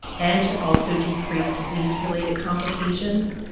and to also decrease disease-related complications,